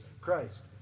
Christ